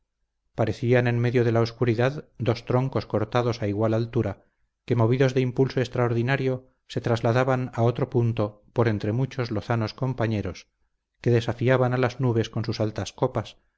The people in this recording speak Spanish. parecían en medio de la oscuridad dos troncos cortados a igual altura que movidos de impulso extraordinario se trasladaban a otro punto por entre sus muchos lozanos compañeros que desafiaban a las nubes con sus altas copas